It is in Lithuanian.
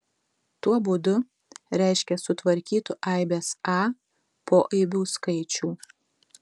tuo būdu reiškia sutvarkytų aibės a poaibių skaičių